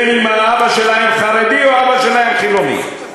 בין שהאבא שלהם חרדי ובין שהאבא שלהם חילוני.